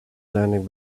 learning